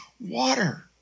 water